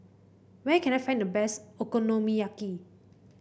where can I find the best Okonomiyaki